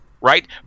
Right